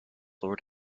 lord